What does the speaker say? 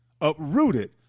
uprooted